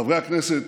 חברי הכנסת,